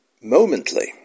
momently